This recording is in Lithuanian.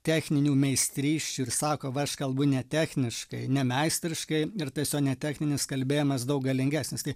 techninių meistrysčių ir sako va aš kalbu netechniškai nemeistriškai ir tas jo netechninis kalbėjimas daug galingesnis tai